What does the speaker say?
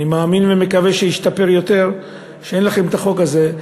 אני מאמין ומקווה שישתפר, אין לכם את החוק הזה.